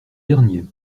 derniers